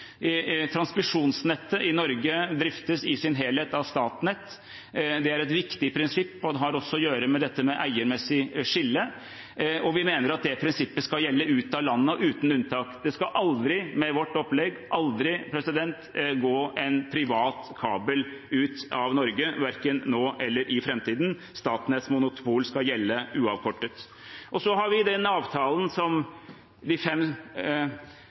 Transmisjonsnettet i Norge driftes i sin helhet av Statnett. Det er et viktig prinsipp og har også å gjøre med dette med eiermessig skille. Vi mener det prinsippet skal gjelde ut av landet og uten unntak. Det skal aldri med vårt opplegg, aldri, gå en privat kabel ut av Norge, verken nå eller i framtiden. Statnetts monopol skal gjelde uavkortet. Så har vi i avtalen som de fem